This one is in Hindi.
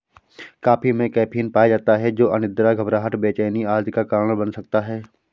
कॉफी में कैफीन पाया जाता है जो अनिद्रा, घबराहट, बेचैनी आदि का कारण बन सकता है